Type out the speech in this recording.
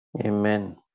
amen